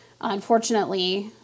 Unfortunately